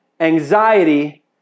anxiety